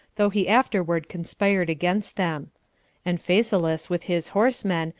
though he afterward conspired against them and phasaelus, with his horsemen,